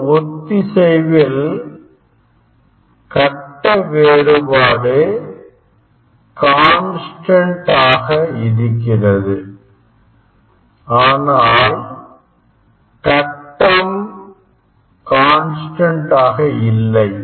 இந்த ஒத்திசைவில் கட்ட வேறுபாடு கான்ஸ்டன்ட் ஆக இருக்கிறது ஆனால் கட்டம் கான்ஸ்டன்ட் ஆக இல்லை